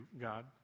God